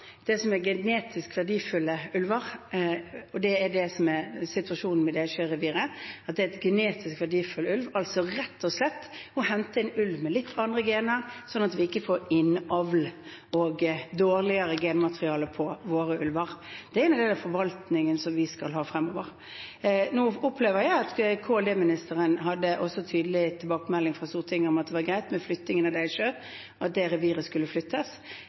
det som er genetisk verdifulle ulver, og det er det som er situasjonen med Deisjøreviret – det er en genetisk verdifull ulv. Det er altså rett og slett å hente inn ulv med litt andre gener, slik at vi ikke får innavl og dårligere genmateriale i våre ulver. Det er forvaltningen vi skal ha fremover. Nå opplever jeg at klima- og miljøministeren hadde en tydelig tilbakemelding fra Stortinget om at det var greit med flyttingen av Deisjøreviret, at det reviret skulle flyttes.